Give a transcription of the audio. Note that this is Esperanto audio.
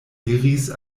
diris